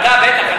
ועדה, בטח.